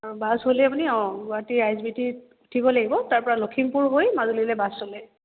অঁ বাছ হ'লে আপুনি অঁ গুৱাহাটী আই এছ বি টিত উঠিব লাগিব তাৰ পৰা লখিমপুৰ হৈ মাজুলীলে বাছ চলে